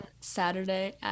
Saturday